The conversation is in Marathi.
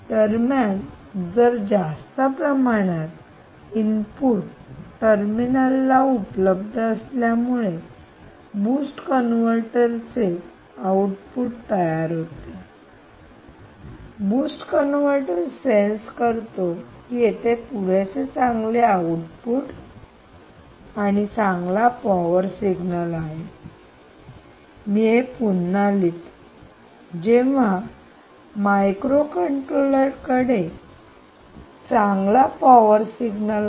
दरम्यान जास्त प्रमाणात एनर्जी इनपुट टर्मिनलला उपलब्ध असल्यामुळे बूस्ट कन्व्हर्टर चे आउटपुट तयार होते बूस्ट कन्व्हर्टर सेन्स करतो की इथे पुरेसे चांगले इनपुट आणि चांगला पॉवर सिग्नल आहे